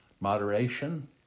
moderation